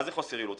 מה זה חוסר יעילות?